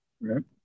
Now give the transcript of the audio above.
Right